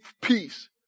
peace